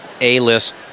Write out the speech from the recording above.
a-list